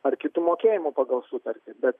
ar kitų mokėjimų pagal sutartį bet